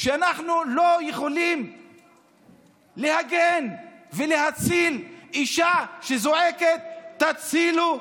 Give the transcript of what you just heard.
שאנחנו לא יכולים להגן ולהציל אישה שזועקת הצילו?